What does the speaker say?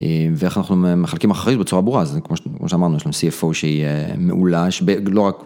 ואיך אנחנו מחלקים אחרית בצורה ברורה, זה כמו שאמרנו, יש לנו CFO שהיא מעולה, שלא רק